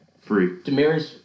Free